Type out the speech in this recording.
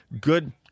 good